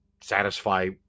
satisfy